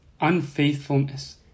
unfaithfulness